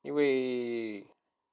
因为